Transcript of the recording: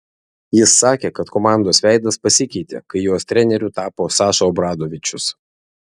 jis sakė kad komandos veidas pasikeitė kai jos treneriu tapo saša obradovičius